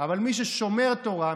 אבל מי ששומר תורה,